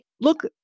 look